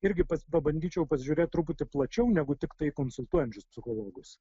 irgi pats pabandyčiau pasižiūrėti truputį plačiau negu tiktai į konsultuojančius psichologus